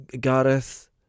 Gareth